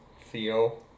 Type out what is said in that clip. Theo